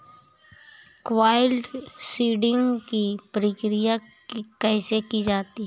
Cloud seeding की प्रक्रिया कैसे की जाती है?